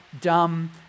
dumb